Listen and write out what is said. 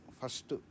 First